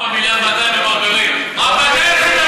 4 מיליארד ו-200 הם מעבירים מברברים.